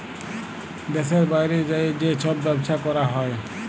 দ্যাশের বাইরে যাঁয়ে যে ছব ব্যবছা ক্যরা হ্যয়